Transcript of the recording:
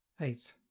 eight